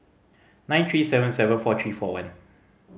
nine three seven seven four three four one